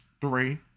three